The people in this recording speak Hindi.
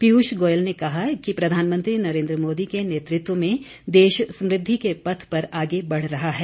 पीयूष गोयल ने कहा कि प्रधानमंत्री नरेन्द्र मोदी के नेतृत्व में देश समृद्धि के पथ पर आगे बढ़ रहा है